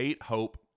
HOPE